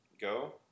go